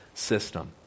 system